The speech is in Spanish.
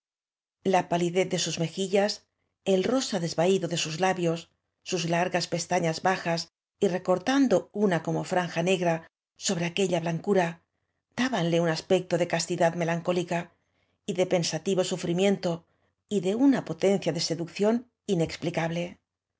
la palidez de sus mejillas e rosa desvaído de sos labios sus largas pestañas bajas y recortan do una como franja negra sobre aquella blan cura dábanle un aspecto do castidad melancó lica y de pensativo sutrlm lento de una poten cia deseducción inexplicable